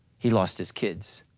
he lost his kids,